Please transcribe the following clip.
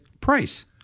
Price